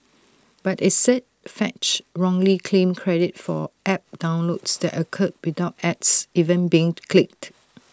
but IT said fetch wrongly claimed credit for app downloads that occurred without ads ever being clicked